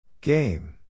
Game